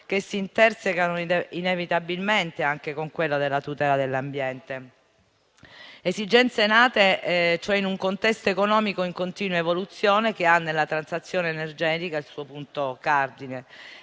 che si intersecano inevitabilmente anche con quella della tutela dell'ambiente. Esigenze nate cioè in un contesto economico in continua evoluzione che ha nella transizione energetica il suo punto cardine.